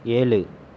ஏழு